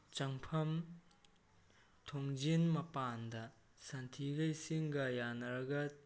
ꯆꯪꯐꯝ ꯊꯣꯡꯖꯤꯟ ꯃꯄꯥꯟꯗ ꯁꯟꯊꯤꯒ ꯏꯁꯤꯡꯒ ꯌꯥꯅꯔꯒ